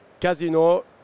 casino